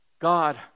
God